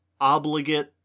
obligate